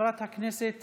חברת הכנסת